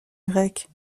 grec